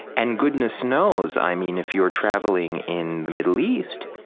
and goodness knows, i mean, if you're traveling in the middle east,